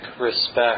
respect